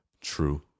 True